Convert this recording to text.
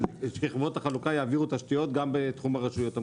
ושחברות החלוקה יעבירו תשתיות גם בתחומי הרשויות המקומיות.